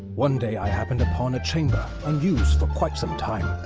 one day i happened upon a chamber, unused for quite some time.